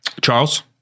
charles